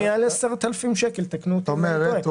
מעל 10,000 שקל, תקנו אותי אם אני טועה.